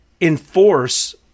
enforce